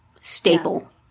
staple